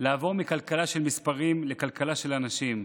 לעבור מכלכלה של מספרים לכלכלה של אנשים,